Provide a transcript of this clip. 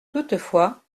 toutefois